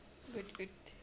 good good